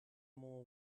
more